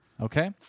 okay